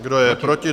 Kdo je proti?